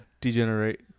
Degenerate